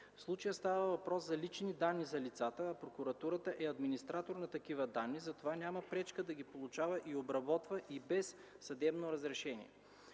В случая става въпрос за лични данни за лицата, а прокуратурата е администратор на такива данни, затова няма пречка да ги получава и обработва и без съдебно разрешение.